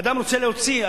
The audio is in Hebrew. אדם רוצה להוציא,